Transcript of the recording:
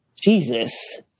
Jesus